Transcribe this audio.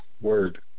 Word